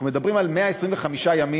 אנחנו מדברים על 125 ימים,